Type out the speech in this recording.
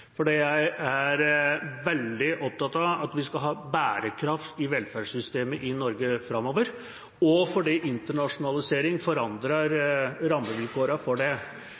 fordi jeg er veldig opptatt av at vi skal ha bærekraft i velferdssystemet i Norge framover, og fordi internasjonalisering forandrer rammevilkårene for det.